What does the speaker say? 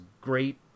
great